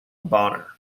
bonner